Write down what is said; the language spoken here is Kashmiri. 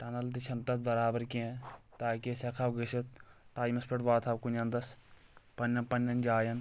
ٹنل تہِ چھنہٕ تتھ برابر کینٛہہ تاکہِ أسۍ ہٮ۪کہٕ ہاو گٔژھِتھ ٹایمنس پٮ۪ٹھ واتہٕ ہاو کُنہِ انٛدس پننٮ۪ن پننٮ۪ن جاین